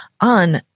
on